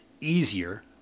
easier